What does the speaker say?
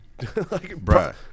bruh